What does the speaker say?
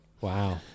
Wow